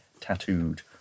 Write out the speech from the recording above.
tattooed